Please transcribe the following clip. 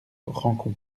rancon